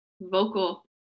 vocal